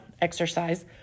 exercise